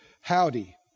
howdy